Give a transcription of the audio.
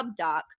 Hubdoc